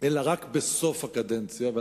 אלא בסוף הקדנציה.